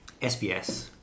SBS